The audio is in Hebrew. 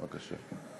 בבקשה.